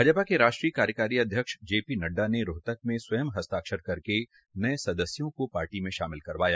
भाजपा के राष्ट्रीय कार्यकारी अध्यक्ष जेपीनड़डा ने रोहतक में स्वयं हस्ताक्षर करके नये सदस्यों को पार्टी में शामिल करवाया